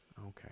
Okay